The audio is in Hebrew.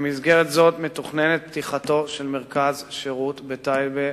במסגרת זו מתוכננת פתיחתו של מרכז שירות בטייבה,